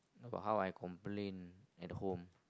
about how I complain at home